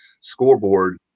scoreboard